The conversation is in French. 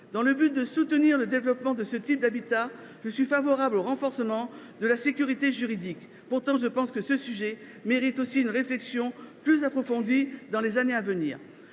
Dans le but de soutenir le développement de ce type d’habitat, je suis favorable au renforcement de la sécurité juridique ; pour autant, ce sujet me semble mériter une réflexion plus approfondie dans les années à venir.